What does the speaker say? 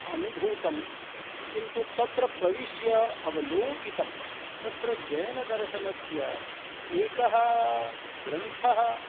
अनूभूतं किन्तु तत्र प्रविश्य अवलोकितं तत्र जैनदर्शनस्य एकः ग्रन्थः